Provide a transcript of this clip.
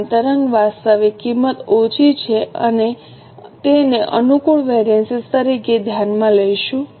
સમાન તરંગ વાસ્તવિક કિંમત ઓછી છે અમે તેને અનુકૂળ વેરિએન્સ તરીકે ધ્યાનમાં લઈશું